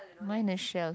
mine is shells